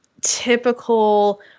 typical